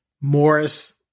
Morris